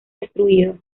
destruido